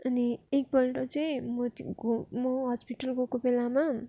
अनि एकपल्ट चाहिँ म हस्पिटल गएको बेलामा